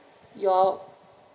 your